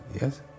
Yes